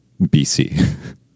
bc